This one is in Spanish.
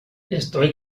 estoy